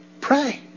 pray